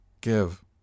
Give